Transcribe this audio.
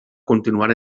continuar